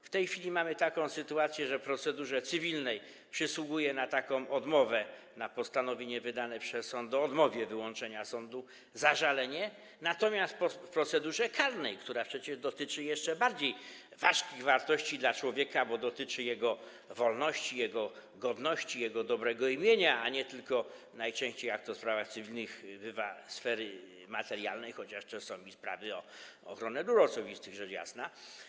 W tej chwili mamy taką sytuację, że w procedurze cywilnej przysługuje na takie postanowienie wydane przez sąd o odmowie wyłączenia sądu zażalenie, natomiast w procedurze karnej, która przecież dotyczy jeszcze bardziej ważkich wartości dla człowieka, bo dotyczy jego wolności, jego godności, jego dobrego imienia, a nie tylko najczęściej, jak to w sprawach cywilnych bywa, sfery materialnej, chociaż są też sprawy dotyczące ochrony dóbr osobistych, rzecz jasna.